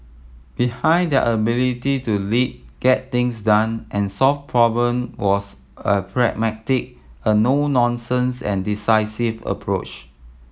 behind their ability to lead get things done and solve was a pragmatic a no nonsense and decisive approach